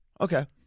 Okay